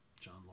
John